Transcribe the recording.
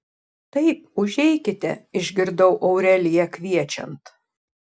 taip užeikite išgirdau aureliją kviečiant